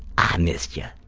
i missed yeah